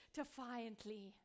defiantly